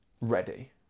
ready